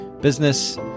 business